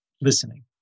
listening